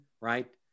right